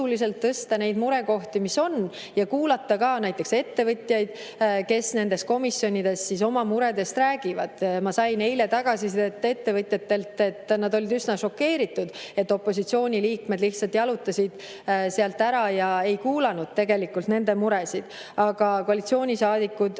tõsta neid murekohti, mis on, ja kuulata ka näiteks ettevõtjaid, kes komisjonides oma muredest räägivad. Ma sain eile tagasisidet ettevõtjatelt – nad olid üsna šokeeritud, et opositsiooni liikmed lihtsalt jalutasid sealt ära ja ei kuulanud nende muresid. Aga koalitsioonisaadikud